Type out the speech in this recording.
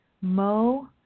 Mo